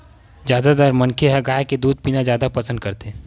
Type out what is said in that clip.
जादातर मनखे ह गाय के दूद पीना जादा पसंद करथे